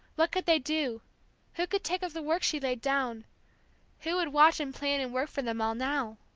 what could they do who could take up the work she laid down who would watch and plan and work for them all, now?